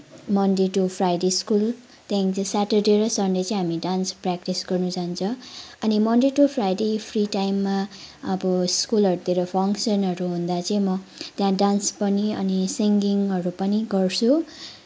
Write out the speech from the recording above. Monday to Friday school त्यहाँदेखि चाहिँ Saturday र सन्डे चाहिँ हामी डान्स प्र्याक्टिस गर्न जान्छ अनि मन्डे टू फ्राइडे फ्री टाइममा अब स्कुलहरूतिर फङ्सनहरू हुँदा चाहिँ म त्यहाँ डान्स पनि अनि सिङ्गिङहरू पनि गर्छु